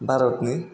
भारतनि